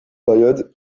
période